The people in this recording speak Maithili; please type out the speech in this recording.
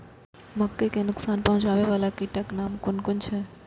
मके के नुकसान पहुँचावे वाला कीटक नाम कुन कुन छै?